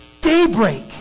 daybreak